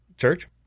Church